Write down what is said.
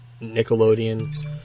Nickelodeon